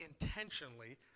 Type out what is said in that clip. intentionally